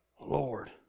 Lord